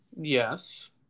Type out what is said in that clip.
Yes